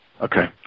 Okay